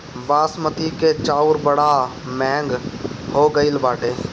बासमती के चाऊर बड़ा महंग हो गईल बाटे